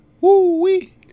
Woo-wee